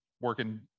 working